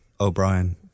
O'Brien